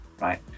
right